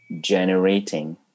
generating